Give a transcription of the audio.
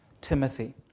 Timothy